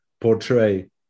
portray